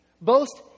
Boast